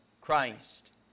Christ